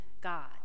God